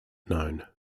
known